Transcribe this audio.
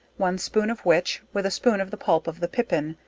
one spoon of which, with a spoon of the pulp of the pippin,